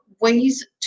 ways